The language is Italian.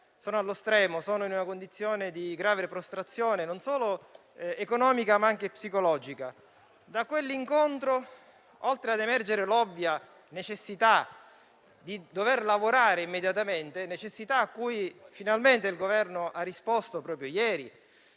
sono allo stremo, in una condizione di grave prostrazione, non solo economica, ma anche psicologica. Da quell'incontro, oltre ad emergere l'ovvia necessità di lavorare immediatamente, necessità cui finalmente il Governo ha risposto proprio ieri